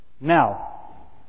Now